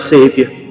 Savior